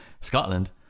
Scotland